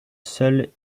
seule